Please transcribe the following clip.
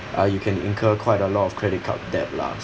uh you can incur quite a lot of credit card debt lah